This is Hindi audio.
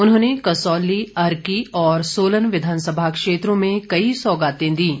उन्होंने कसौली अर्की और सोलन विधानसभा क्षेत्र में कई सौगातें दीं